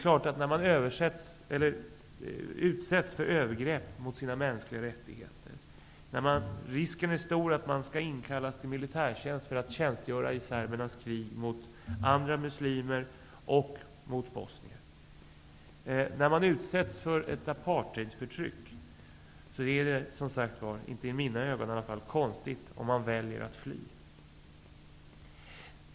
När man utsätts för övergrepp mot de mänskliga rättigheterna, när risken är stor att man skall inkallas till militärtjänst för att tjänstgöra i serbernas krig mot andra muslimer och mot bosnier och när man utsätts för ett apartheidförtryck är det åtminstone inte i mina ögon konstigt om man väljer att fly.